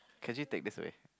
can you take this away